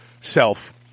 self